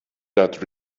that